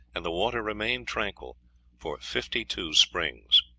and the water remained tranquil for fifty-two springs.